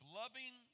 loving